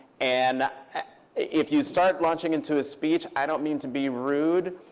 and if you start launching into a speech, i don't mean to be rude,